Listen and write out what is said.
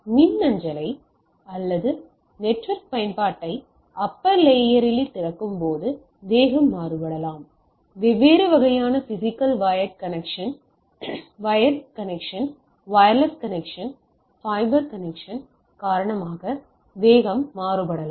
மின்னஞ்சலை அல்லது நெட்வொர்க் பயன்பாட்டை அப்பர் லேயர் இல் திறக்கும்போது வேகம் மாறுபடலாம் வெவ்வேறு வகையான physical wired connection wireless connection fibre connection காரணமாக வேகம் மாறுபடலாம்